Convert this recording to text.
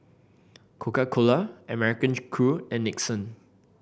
Coca Cola American Crew and Nixon